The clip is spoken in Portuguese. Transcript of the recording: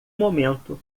momento